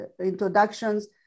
introductions